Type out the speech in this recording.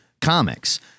comics